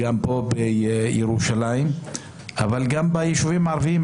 גם פה בירושלים וגם ביישובים הערביים.